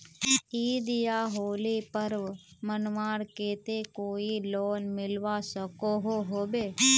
ईद या होली पर्व मनवार केते कोई लोन मिलवा सकोहो होबे?